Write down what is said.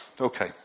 okay